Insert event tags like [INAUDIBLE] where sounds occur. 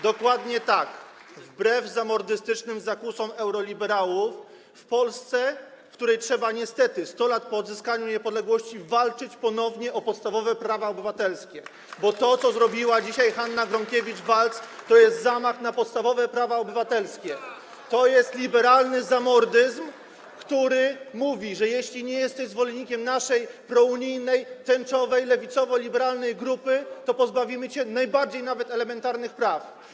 Dokładnie tak, wbrew zamordystycznym zakusom euroliberałów w Polsce, w której trzeba niestety 100 lat po odzyskaniu niepodległości ponownie walczyć o podstawowe prawa obywatelskie, [APPLAUSE] bo to, co zrobiła dzisiaj Hanna Gronkiewicz-Waltz, to jest zamach na podstawowe prawa obywatelskie, to jest liberalny zamordyzm, [APPLAUSE] który mówi, że jeśli nie jesteś zwolennikiem naszej prounijnej, tęczowej, lewicowo-liberalnej grupy, to pozbawimy cię nawet najbardziej elementarnych praw.